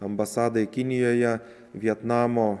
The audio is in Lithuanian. ambasadai kinijoje vietnamo